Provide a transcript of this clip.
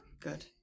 Good